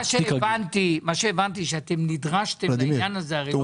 מה שאני הבנתי הוא שאתם נדרשתם לעניין הזה הרי לא